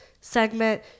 segment